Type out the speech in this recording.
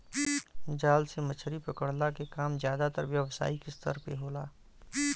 जाल से मछरी पकड़ला के काम जादातर व्यावसायिक स्तर पे होला